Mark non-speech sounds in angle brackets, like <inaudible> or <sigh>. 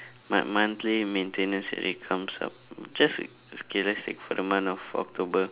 my monthly maintenance already comes up to just okay let's take for the month of october <noise>